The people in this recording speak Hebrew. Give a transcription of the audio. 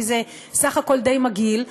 כי זה סך הכול די מגעיל: